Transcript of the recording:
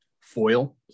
Foil